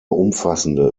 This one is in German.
umfassende